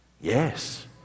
Yes